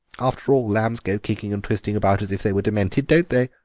after all, lambs go kicking and twisting about as if they were demented, don't they?